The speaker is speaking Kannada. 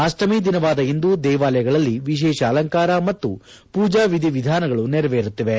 ಅಷ್ಟಮಿ ದಿನವಾದ ಇಂದು ದೇವಾಲಯಗಳಲ್ಲಿ ವಿಶೇಷ ಅಲಂಕಾರ ಮತ್ತು ಪೂಜಾ ವಿಧಿವಿಧಾನಗಳು ನೆರವೇರುತ್ತಿವೆ